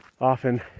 often